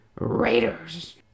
Raiders